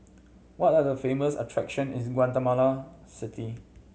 which are the famous attraction is Guatemala City